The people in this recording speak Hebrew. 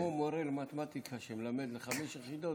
זה כמו מורה למתמטיקה שמלמד לחמש יחידות